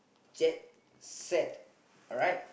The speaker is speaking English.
jet sack alright